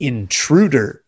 Intruder